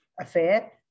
affair